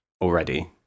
already